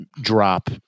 drop